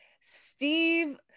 Steve